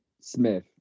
Smith